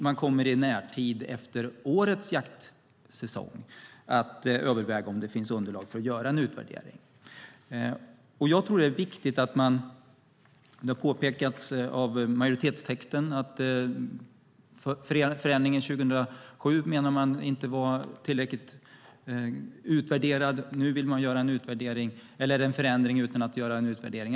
I närtid, efter årets jaktsäsong, kommer man att överväga om det finns underlag för att göra en utvärdering. Som det påpekas i majoritetstexten menar man att förändringen 2007 inte var tillräckligt utvärderad. Nu vill man göra en förändring utan att göra en utvärdering.